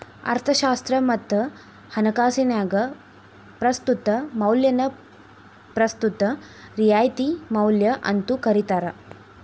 ಅರ್ಥಶಾಸ್ತ್ರ ಮತ್ತ ಹಣಕಾಸಿನ್ಯಾಗ ಪ್ರಸ್ತುತ ಮೌಲ್ಯನ ಪ್ರಸ್ತುತ ರಿಯಾಯಿತಿ ಮೌಲ್ಯ ಅಂತೂ ಕರಿತಾರ